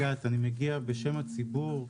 מגיע בשם הציבור,